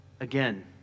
Again